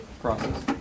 process